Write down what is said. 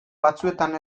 batzuetan